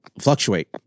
fluctuate